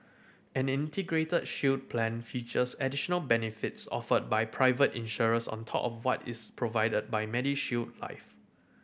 an Integrated Shield Plan features additional benefits offered by private insurers on top of what is provided by MediShield Life